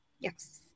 Yes